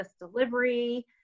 delivery